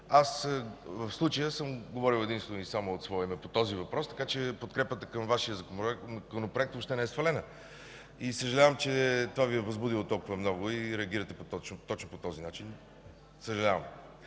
В случая аз съм говорил единствено и само от свое име по този въпрос. Така че подкрепата към Вашия Законопроект въобще не е свалена. Съжалявам, че това Ви е възбудило толкова много и реагирате по този начин. Съжалявам.